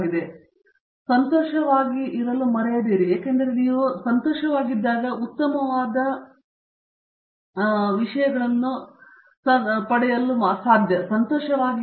ಇತರ ವಿಷಯ ಸಂತೋಷವಾಗಿರಲು ಮರೆಯದಿರಿ ಏಕೆಂದರೆ ನೀವು ಏನಾದರೂ ಸಂತೋಷವಾಗದಿದ್ದರೆ ನಿಮಗೆ ಉತ್ತಮವಾದ ವಿಷಯಗಳನ್ನು ಪಡೆಯಲು ಸಾಧ್ಯವಿಲ್ಲ